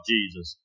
Jesus